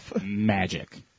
magic